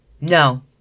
No